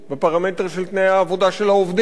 בפרמטר של תנאי העבודה של העובדים,